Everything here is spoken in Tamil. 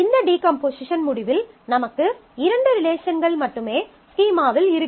இந்த டீகம்போசிஷன் முடிவில் நமக்கு இரண்டு ரிலேஷன்கள் மட்டுமே ஸ்கீமாவில் இருக்கும்